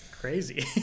crazy